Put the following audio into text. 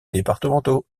départementaux